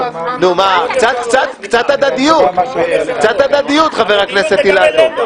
קצת הדדיות, חבר הכנסת אילטוב.